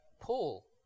Paul